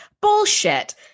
Bullshit